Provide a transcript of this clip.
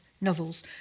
novels